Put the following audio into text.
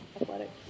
Athletics